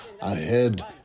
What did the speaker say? ahead